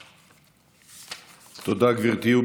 תודה, גברתי.